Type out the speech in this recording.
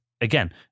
again